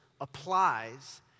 applies